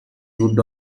would